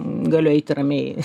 galiu eiti ramiai